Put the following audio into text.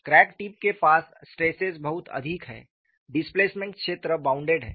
crack tip के पास stresses बहुत अधिक है डिस्प्लेसमेंट क्षेत्र बॉउंडेड है